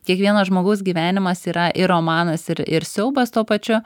kiekvieno žmogaus gyvenimas yra ir romanas ir ir siaubas tuo pačiu